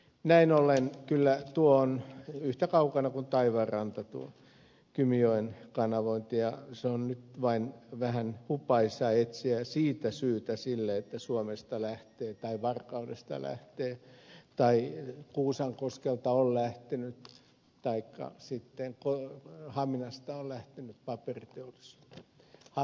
näin ollen kyllä on yhtä kaukana kuin taivaanranta tuo kymijoen kanavointi ja se on nyt vain vähän hupaisaa etsiä siitä syytä sille että suomesta lähtee tai varkaudesta lähtee tai kuusankoskelta on lähtenyt taikka sitten haminasta on lähtenyt paperiteollisuutta